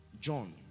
John